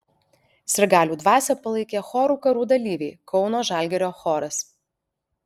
sirgalių dvasią palaikė chorų karų dalyviai kauno žalgirio choras